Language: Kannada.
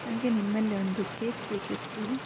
ನಮಗೆ ನಿಮ್ಮಲ್ಲಿ ಒಂದು ಕೇಕ್ ಬೇಕಿತ್ತು